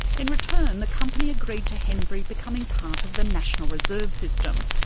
in return, the company agreed to henbury becoming part of the national reserve system,